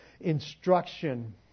instruction